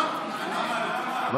האם זה נכון?